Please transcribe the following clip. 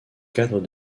cadre